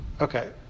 okay